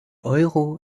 euro